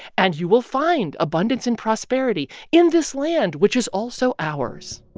and you will find abundance and prosperity in this land, which is also ours